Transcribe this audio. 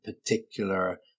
particular